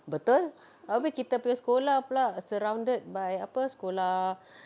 betul habis kita punya sekolah pula surrounded by apa sekolah